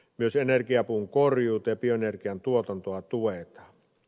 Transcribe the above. myös energiapuun korjuuta ja bioenergian tuotantoa tuetaan